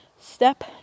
step